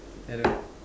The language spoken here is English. hello